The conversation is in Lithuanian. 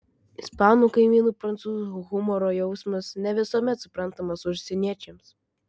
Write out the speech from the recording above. ispanų kaimynų prancūzų humoro jausmas ne visuomet suprantamas užsieniečiams